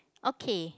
okay